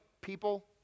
people